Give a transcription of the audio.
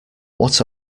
what